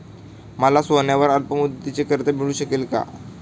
मला सोन्यावर अल्पमुदतीचे कर्ज मिळू शकेल का?